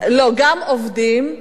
לא יהודים, עובדים,